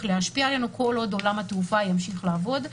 להשפיע עלינו כל עוד עולם התעופה ימשיך לעבוד.